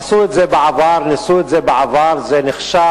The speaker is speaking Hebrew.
עשו את זה בעבר, ניסו את זה בעבר, זה נכשל.